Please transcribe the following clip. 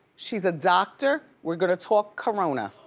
she's a doctor. we're gonna talk corona,